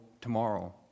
tomorrow